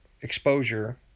exposure